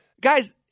guys